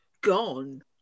gone